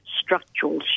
structural